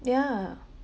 yeah